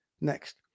Next